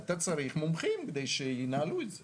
אתה צריך מומחים כדי שינהלו את זה.